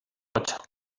ocho